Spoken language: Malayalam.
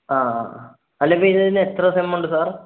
ആ അല്ല അപ്പം ഇതിന് എത്ര സെം ഉണ്ട് സാർ